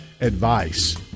advice